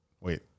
wait